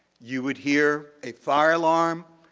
you would hear a fire alarm,